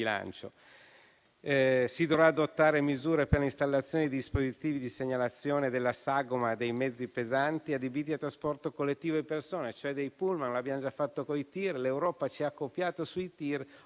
Si dovranno adottare misure per l'installazione dei dispositivi di segnalazione della sagoma dei mezzi pesanti adibiti a trasporto collettivo di persone, cioè dei pullman. Lo abbiamo già fatto con i TIR e l'Europa ci ha copiati; ora